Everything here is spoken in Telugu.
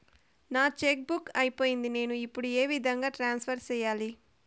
నా చెక్కు బుక్ అయిపోయింది నేను ఇప్పుడు ఏ విధంగా ట్రాన్స్ఫర్ సేయాలి?